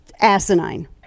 asinine